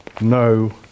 no